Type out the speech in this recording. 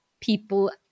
people